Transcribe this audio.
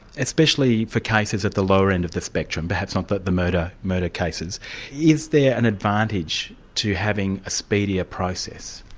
especially for cases at the lower end of the spectrum, perhaps not the the murder murder cases is there an advantage to having a speedier process?